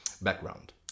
background